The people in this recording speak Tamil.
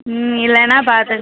ம் இல்லைன்னா பார்த்துக்கங்க